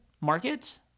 Market